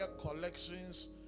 collections